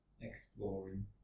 exploring